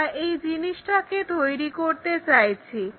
আমরা এই জিনিসটাকে তৈরি করতে চাইছি